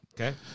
Okay